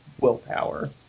willpower